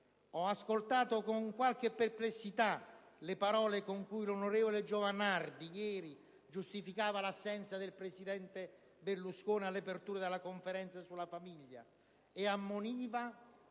Ho ascoltato con qualche perplessità le parole con cui l'onorevole Giovanardi ieri giustificava l'assenza del presidente Berlusconi all'apertura della Conferenza sulla famiglia e ammoniva